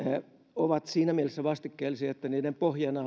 ovat siinä mielessä vastikkeellisia että niiden pohjana